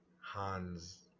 Hans